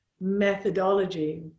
methodology